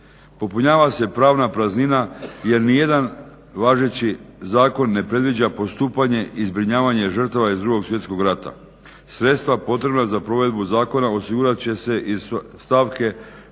Popunjava se pravna praznina jer nijedan važeći zakon ne predviđa postupanje i zbrinjavanje žrtava iz 2. svjetskog rata. Sredstva potrebna za provedbu zakona osigurat će se iz stavke